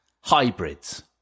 hybrids